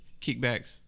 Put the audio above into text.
Kickbacks